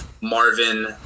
Marvin